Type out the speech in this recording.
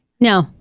No